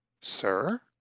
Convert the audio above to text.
sir